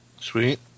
Sweet